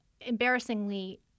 embarrassingly